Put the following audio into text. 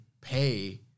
pay